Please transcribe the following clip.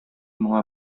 моңа